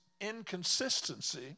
inconsistency